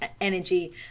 energy